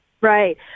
right